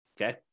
Okay